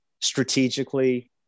strategically